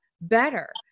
better